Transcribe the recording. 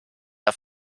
auf